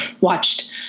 watched